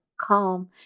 calm